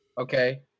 okay